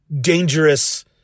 dangerous